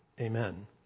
Amen